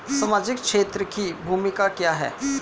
सामाजिक क्षेत्र की भूमिका क्या है?